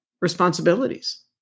responsibilities